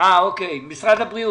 האם משרד הבריאות